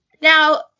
Now